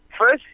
first